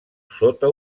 sota